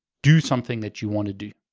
do something that you want to do.